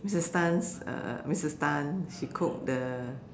Missus Tan's uh Missus Tan she cook the